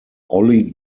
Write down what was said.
ollie